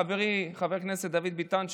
חברי חבר הכנסת דוד ביטן,